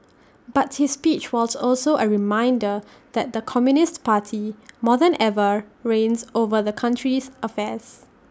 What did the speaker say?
but his speech was also A reminder that the communist party more than ever reigns over the country's affairs